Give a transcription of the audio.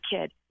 kid